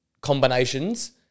combinations